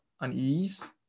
unease